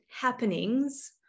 happenings